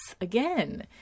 Again